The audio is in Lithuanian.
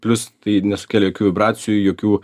plius tai nesukėlė jokių vibracijų jokių